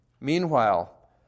Meanwhile